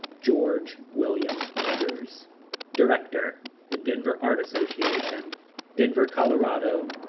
george william eggers director the denver art association denver, colorado,